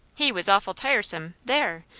he was awful tiresome there!